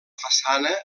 façana